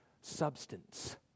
substance